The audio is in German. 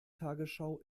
tagesschau